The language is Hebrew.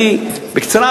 בקצרה,